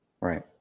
Right